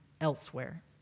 elsewhere